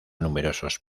numerosos